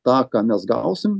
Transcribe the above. tą ką mes gausim